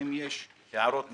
ואם יש הערות נכונות,